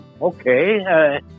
okay